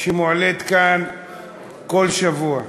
שמועלית כאן כל שבוע,